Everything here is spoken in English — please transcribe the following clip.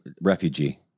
Refugee